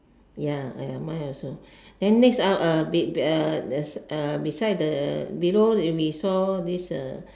ya uh mine also then next ah uh beside the below we saw this uh